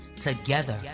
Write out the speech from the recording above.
together